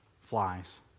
flies